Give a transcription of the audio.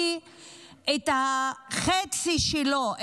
כי החצי שלו,